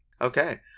Okay